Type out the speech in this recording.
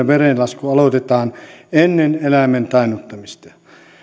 että verenlasku aloitetaan ennen eläimen tainnuttamista